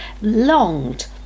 longed